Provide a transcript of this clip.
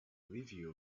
review